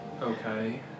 Okay